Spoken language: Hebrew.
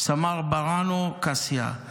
סמ"ר ברהאנו קאסיה,